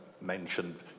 mentioned